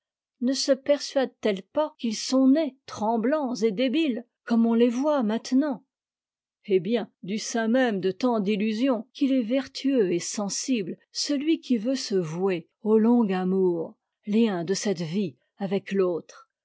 ne se persuade t elle pas qu'ils sont nés tremblants et débiles comme on les voit maintenant eh bien du sein même de tant d'illusions qu'il est vertueux et sensible celui qui veut se vouer au long amour lien de cette vie avec l'autre